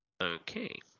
Okay